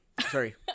Sorry